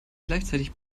gleichzeitig